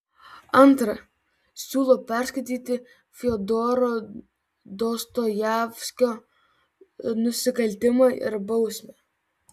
antra siūlau perskaityti fiodoro dostojevskio nusikaltimą ir bausmę